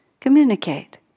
communicate